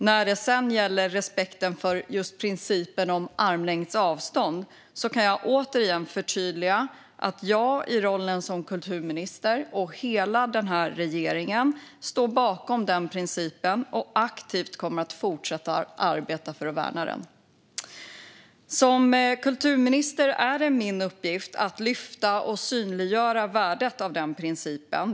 När det gäller respekten för principen om armlängds avstånd kan jag återigen förtydliga att jag i rollen som kulturminister och hela den här regeringen står bakom principen och att vi aktivt kommer att värna den. Som kulturminister är det min uppgift att lyfta fram och synliggöra värdet av principen.